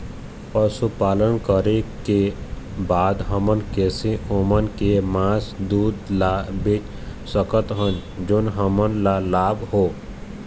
पशुपालन करें के बाद हम कैसे ओमन के मास, दूध ला बेच सकत हन जोन हमन ला लाभ हो?